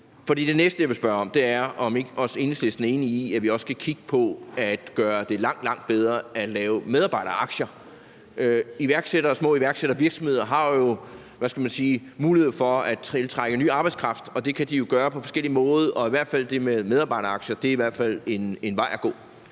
det næste, jeg vil spørge om, er, om ikke Enhedslisten er enig i, at vi også skal kigge på at gøre det langt, langt bedre at lave medarbejderaktier. Iværksættere og små iværksættervirksomheder har mulighed for at tiltrække ny arbejdskraft, og det kan de jo gøre på forskellige måder, og det med medarbejderaktier er i hvert